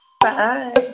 Bye